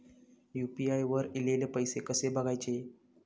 UPI वर ईलेले पैसे कसे बघायचे?